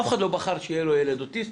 אף אחד לא בחר שיהיה לו ילד אוטיסט.